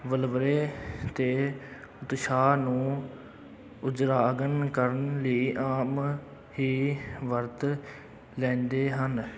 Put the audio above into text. ਵਲਵਲੇ ਅਤੇ ਉਤਸ਼ਾਹ ਨੂੰ ਉਜਾਗਰ ਕਰਨ ਲਈ ਆਮ ਹੀ ਵਰਤ ਲੈਂਦੇ ਹਨ